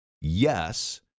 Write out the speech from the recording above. Yes